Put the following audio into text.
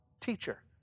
teacher